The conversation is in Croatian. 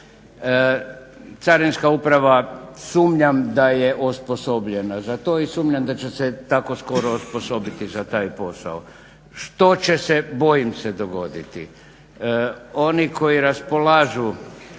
Carinska uprava sumnjam da je osposobljena za to i sumnjam da će se tako skoro osposobiti za taj posao, što će se bojim se dogoditi. Oni koji raspolažu